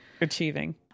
Achieving